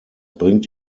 bringt